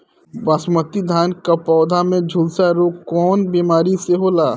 बासमती धान क पौधा में झुलसा रोग कौन बिमारी से होला?